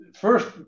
First